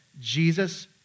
Jesus